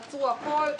עצרו הכול,